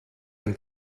can